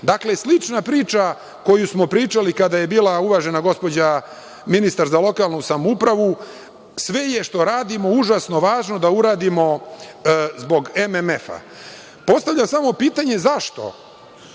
Dakle, slična priča koju smo pričali kada je bila uvažena gospođa ministar za lokalnu samoupravu. Sve je što radimo užasno važno da uradimo zbog MMF-a. Postavljam samo pitanje –